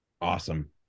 Awesome